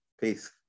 Peace